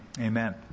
Amen